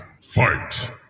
Fight